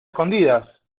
escondidas